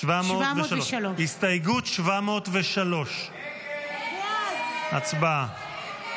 הסתייגות 703. הצבעה.